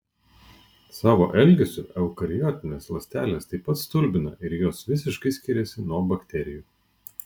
savo elgesiu eukariotinės ląstelės taip pat stulbina ir jos visiškai skiriasi nuo bakterijų